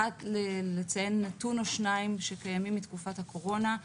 אחד, לציין נתון או שניים שקיימים מתקופת הקורונה.